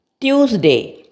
Tuesday